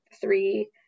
three –